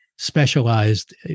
specialized